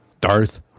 Darth